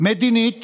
מדינית